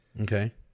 Okay